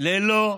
ללא פשרות,